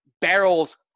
barrels